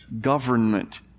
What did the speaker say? government